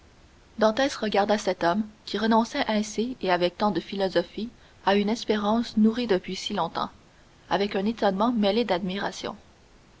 dantès regarda cet homme qui renonçait ainsi et avec tant de philosophie à une espérance nourrie depuis si longtemps avec un étonnement mêlé d'admiration